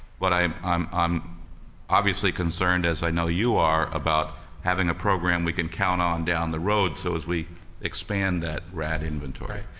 but i'm i'm i'm obviously concerned, as i know you are, about having a program we can count on down the road, so as we expand that rad inventory.